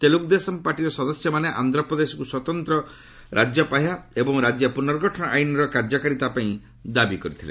ତେଲୁଗୁଦେଶମ୍ ପାର୍ଟିର ସଦସ୍ୟମାନେ ଆନ୍ଧ୍ରପ୍ରଦେଶକୁ ସ୍ୱତନ୍ତ୍ର ରାଜ୍ୟପାହ୍ୟା ଏବଂ ରାଜ୍ୟ ପୁନର୍ଗଠନ ଆଇନର କାର୍ଯ୍ୟକାରିତାପାଇଁ ଦାବି କରିଥିଲେ